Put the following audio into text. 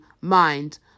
mind